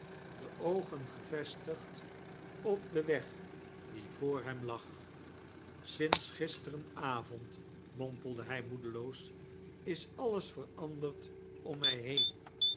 de oogen gevestigd op den weg die voor hem lag sinds gisteren avond mompelde hij moedeloos i s alles veranderd om mij heen